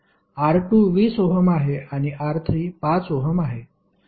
R2 20 ohm आहे आणि R3 5 ohm आहे